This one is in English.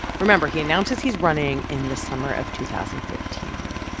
remember, he announces he's running in the summer of two thousand fifteen.